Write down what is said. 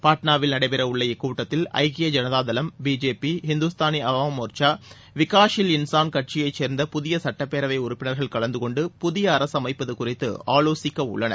பாட்னாவில் நடைபெறவுள்ள இக்கூட்டத்தில் ஐக்கிய ஜனதா தளம் பிஜேபி இந்தாஸ்தானி அவாம் மோர்ச்சா விகாஷல் இன்சான் கட்சியைச் சேர்ந்த புதிய சட்டப்பேரவை உறப்பினர்கள் கலந்து கொண்டு புதிய அரசு அமைப்பது குறித்து ஆலோசிக்க உள்ளனர்